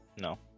No